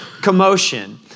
commotion